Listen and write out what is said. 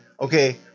okay